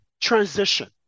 transition